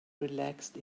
relaxed